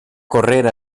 correr